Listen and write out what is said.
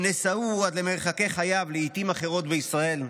הם נשאוהו עד למרחקי חייו, לעיתים אחרות בישראל.